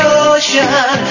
ocean